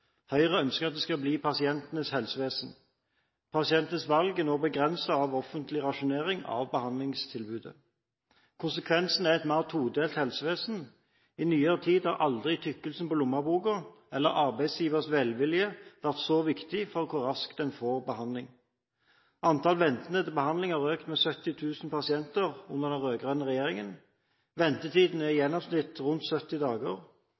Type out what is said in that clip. Høyre ønsker at det skal bli pasientenes helsevesen. Pasientenes valg er nå begrenset av offentlig rasjonering av behandlingstilbudet. Konsekvensene er et mer todelt helsevesen. I nyere tid har tykkelsen på lommeboken eller arbeidsgivers velvilje aldri vært viktigere for hvor raskt en får behandling. Antall pasienter som venter på behandling, har økt med 70 000 under den rød-grønne regjeringen. Ventetiden er i gjennomsnitt rundt 70 dager,